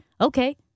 Okay